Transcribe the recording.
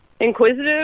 inquisitive